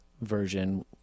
version